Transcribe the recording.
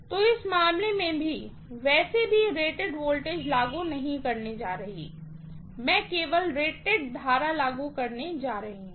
तो इस मामले में मैं वैसे भी रेटेड वोल्टेज लागू नहीं करने जा रही हूँ मैं केवल रेटेड करंट लागू करने जा रही हूँ